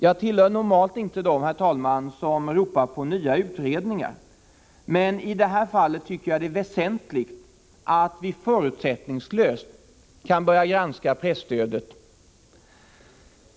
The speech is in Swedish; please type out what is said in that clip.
Jag tillhör normalt inte dem, herr talman, som ropar på nya utredningar, men i det här fallet tycker jag det är väsentligt att vi förutsättningslöst kan börja granska presstödet.